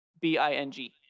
B-I-N-G